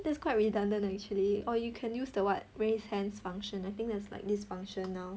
that's quite redundant actually or you can use the what raise hand function I think there's like this function now